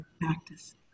practice